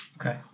Okay